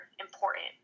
important